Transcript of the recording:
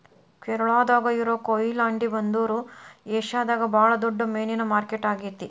ಕೇರಳಾದಾಗ ಇರೋ ಕೊಯಿಲಾಂಡಿ ಬಂದರು ಏಷ್ಯಾದಾಗ ಬಾಳ ದೊಡ್ಡ ಮೇನಿನ ಮಾರ್ಕೆಟ್ ಆಗೇತಿ